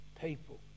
people